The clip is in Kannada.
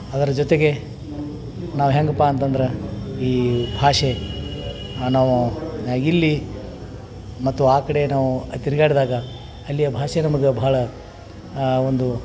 ಅದರ ಜೊತೆಗೆ ನಾವು ಹೆಂಗಪ್ಪ ಅಂತಂದ್ರೆ ಈ ಭಾಷೆ ನಾವು ಇಲ್ಲಿ ಮತ್ತು ಆ ಕಡೆ ನಾವು ತಿರುಗಾಡ್ದಾಗ ಅಲ್ಲಿಯ ಭಾಷೆ ನಮ್ಗೆ ಬಹಳ ಒಂದು